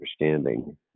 understanding